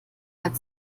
hat